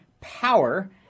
power